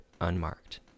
unmarked